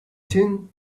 tim